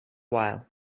while